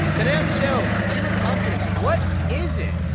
today on the show, consumer confidence what is it,